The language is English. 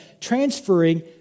transferring